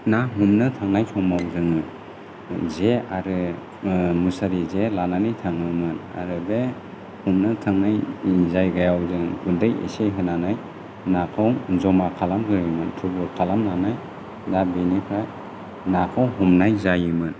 ना हमनो थांनाय समाव जोङो जे आरो मुसारि जे लानानै थाङोमोन आरो बे हमनो थांनाय जायगायाव जों दै इसे होनानै नाखौ जमा खालामग्रोयोमोन थुबुर खालामनानै दा बेनिफ्राय नाखौ हमनाय जायोमोन